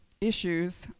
issues